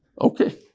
Okay